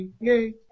Yay